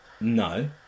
No